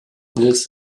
this